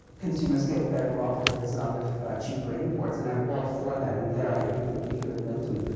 consumers get better off as a result of cheaper imports, and i'm all for that, and there i agree completely with milton.